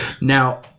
Now